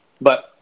But-